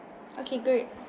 okay great